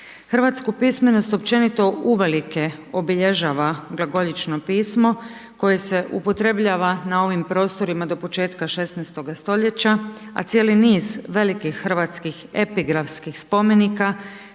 Hrvatsku pismenost općenito uvelike obilježava glagoljično pismo koje se upotrebljava na ovim prostorima do početka 16. stoljeća, a cijeli niz velikih hrvatskih epigrafskih spomenika